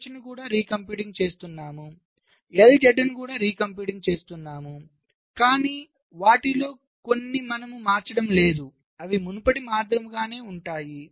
LH నీ కూడా recomputing చేస్తున్నాము LZ నీ కూడా రీ కంప్యూటింగ్ చేస్తున్నాము కానీ వాటిలో కొన్ని మనము మార్చడం లేదు అవి మునుపటి మాదిరిగానే ఉంటాయి